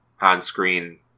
on-screen